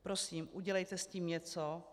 Prosím, udělejte s tím něco.